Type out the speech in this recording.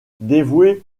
dévoué